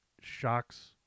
shocks